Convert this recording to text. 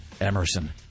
Emerson